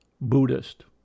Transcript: Buddhist